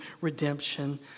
redemption